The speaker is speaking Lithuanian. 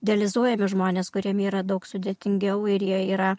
dializuojami žmonės kuriem yra daug sudėtingiau ir jie yra